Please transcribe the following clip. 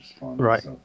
Right